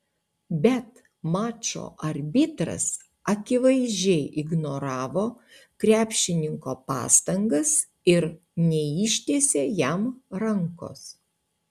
bet mačo arbitras akivaizdžiai ignoravo krepšininko pastangas ir neištiesė jam rankos